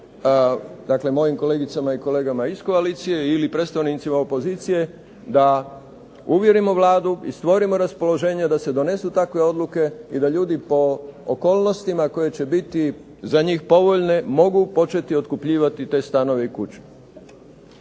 dakle mojim kolegicama i kolegama iz koalicije ili predstavnicima opozicije, da uvjerimo Vladu i stvorimo raspoloženje da se donesu takve odluke i da ljudi po okolnostima koje će biti za njih povoljne mogu početi otkupljivati te stanove i kuće.